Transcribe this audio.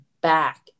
back